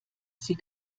sie